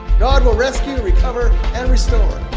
god will rescue, recover, and restore.